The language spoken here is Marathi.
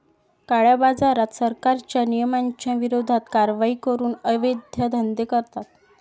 काळ्याबाजारात, सरकारच्या नियमांच्या विरोधात कारवाई करून अवैध धंदे करतात